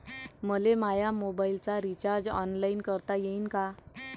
मले माया मोबाईलचा रिचार्ज ऑनलाईन करता येईन का?